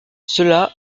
cela